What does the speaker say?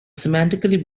semantically